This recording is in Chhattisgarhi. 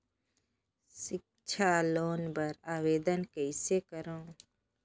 सिक्छा लोन बर आवेदन कइसे करव?